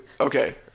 okay